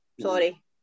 sorry